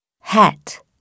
Hat